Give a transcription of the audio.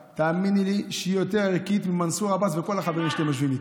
תאמיני לי שהיא יותר ערכית ממנסור עבאס וכל החברים שאתם יושבים איתם.